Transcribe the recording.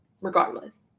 regardless